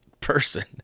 person